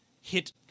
hit